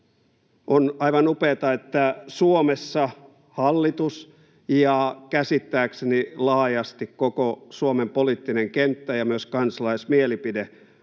On aivan upeata, että Suomessa hallitus ja käsittääkseni laajasti koko Suomen poliittinen kenttä ja myös kansalaismielipide